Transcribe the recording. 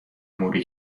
موری